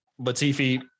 latifi